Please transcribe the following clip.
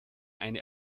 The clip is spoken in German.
eine